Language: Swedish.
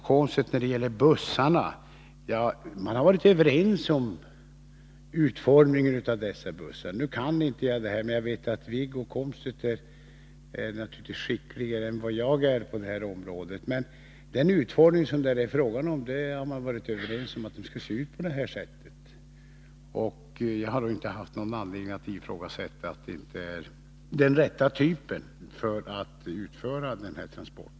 Man har, Wiggo Komstedt, varit överens om utformningen av bussarna. Jag vet att Wiggo Komstedt är skickligare än jag på detta område, men man har varit överens om den utformning som nu är bestämd. Jag har inte haft någon anledning att ifrågasätta att det inte är den rätta typen för denna transport.